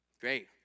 Great